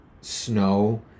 snow